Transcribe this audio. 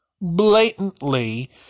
blatantly